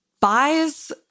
buys